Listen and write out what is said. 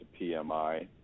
PMI